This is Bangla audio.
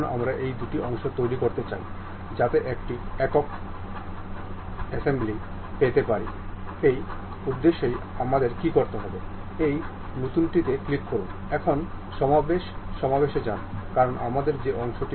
আমরা এই কেসিংটি এই পিছনের ডাইরেক্শনে নিয়ে যাব